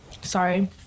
sorry